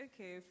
Okay